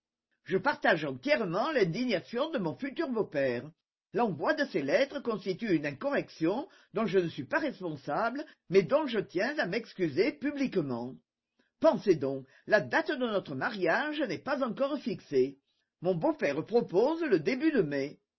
je partage entièrement l'indignation de mon futur beau-père l'envoi de ces lettres constitue une incorrection dont je ne suis pas responsable mais dont je tiens à m'excuser publiquement pensez donc la date de notre mariage n'est pas encore fixée mon beau-père propose le début de mai